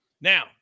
Now